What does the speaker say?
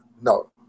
No